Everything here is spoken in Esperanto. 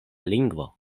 lingvo